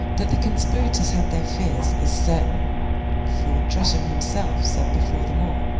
that the conspirators had their fears, is certain for, tresham himself said before them all,